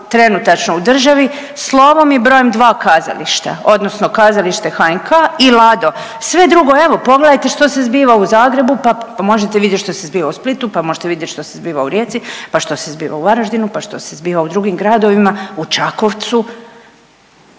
trenutačno u državi slovom i brojem dva kazališta odnosno HNK i Lado. Sve drugo evo pogledajte što se zbiva u Zagrebu pa možete vidjeti što se zbiva u Splitu, pa možete vidjeti što se zbiva u Rijeci, pa što se zbiva u Varaždinu, pa što se zbiva u drugim gradovima u Čakovcu,